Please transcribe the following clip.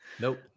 Nope